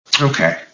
Okay